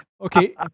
Okay